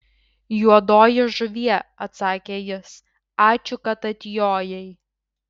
juodoji žuvie atsakė jis ačiū kad atjojai